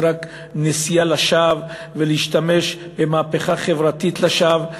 נשיאה לשווא ולהשתמש במהפכה חברתית לשווא.